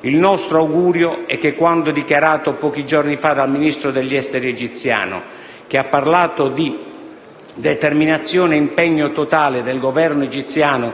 Il nostro augurio è che quanto dichiarato pochi giorni fa dal Ministro degli affari esteri egiziano, che ha parlato di «determinazione e impegno totale del Governo egiziano